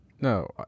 No